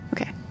Okay